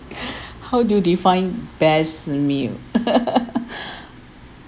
how do you define best meal